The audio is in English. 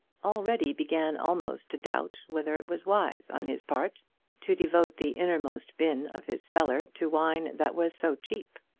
already began almost to doubt whether it was wise on his part to devote the innermost bin of his cellar to wine that was so cheap.